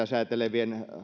säätelevien